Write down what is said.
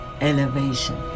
elevation